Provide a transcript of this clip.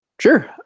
Sure